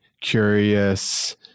curious